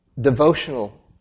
devotional